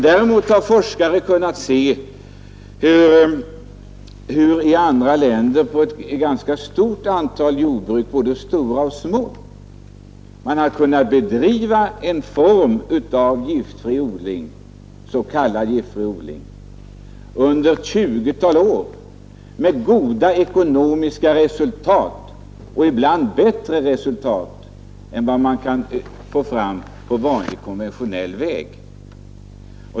Däremot har forskare kunnat se hur man i andra länder på ett stort antal jordbruk, både stora och små, kunnat bedriva en form av giftfri odling — s.k. giftfri odling — under ett 20-tal år med goda ekonomiska resultat och ibland med bättre resultat än vad man kan få fram på vanlig konventionell väg.